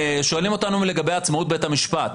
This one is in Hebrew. שואלים אותנו לגבי עצמאות בית המשפט.